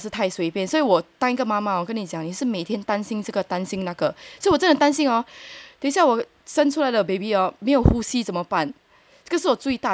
太随便真的是太随便所以我当妈妈我跟你讲的是每天担心这个担心那个所以我这种担心等一下我生出来的 baby orh 没有呼吸怎么办